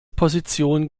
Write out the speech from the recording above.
position